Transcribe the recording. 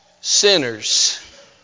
sinners